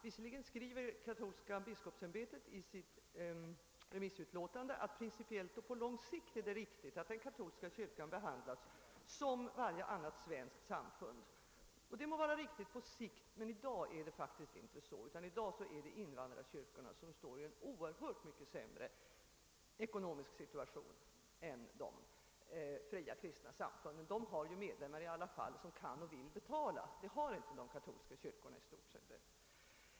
Visserligen skriver Katolska biskopsämbetet i sitt remissutlåtande att det principiellt och på lång sikt är riktigt att den katolska kyrkan behandlas som varje annat svenskt samfund. Det må vara riktigt på sikt men i dag är det faktiskt inte så. I dag står invandrarkyrkorna i en oerhört mycket sämre situation än de fria kristna samfunden. De senare har i alla fall medlemmar som kan och vill betala, vilket de katolska kyrkorna i stort sett inte har.